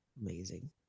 Amazing